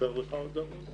חסרה לך עבודה?